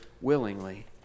willingly